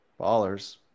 Ballers